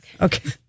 Okay